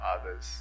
others